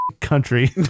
country